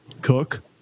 Cook